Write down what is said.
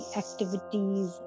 activities